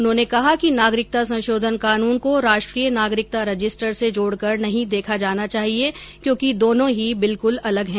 उन्होंने कहा कि नागरिकता संशोधन कानून को राष्ट्रीय नागरिकता रजिस्टर से जोड़कर नहीं देखा जाना चाहिए क्योंकि दोनों ही बिल्कुल अलग है